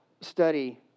study